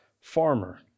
farmer